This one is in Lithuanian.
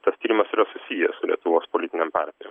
tas tyrimas yra susijęs su lietuvos politinėm partijom